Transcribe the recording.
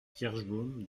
kirschbaum